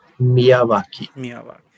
Miyawaki